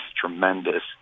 tremendous